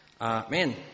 Amen